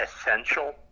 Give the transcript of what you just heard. essential